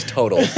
total